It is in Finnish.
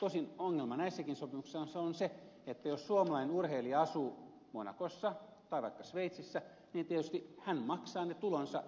tosin ongelma näissäkin sopimuksissa on se että jos suomalainen urheilija asuu monacossa tai vaikka sveitsissä tietysti hän maksaa ne tuloistaan